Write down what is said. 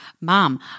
Mom